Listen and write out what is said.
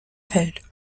feld